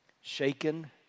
shaken